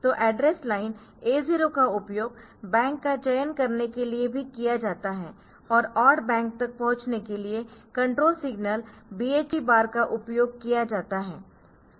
तो address line A0 का उपयोग बैंक का चयन करने के लिए भी किया जाता है और ऑड बैंक तक पहुंचने के लिए कंट्रोल सिग्नल BHE बार का उपयोग किया जाता है